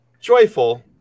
Joyful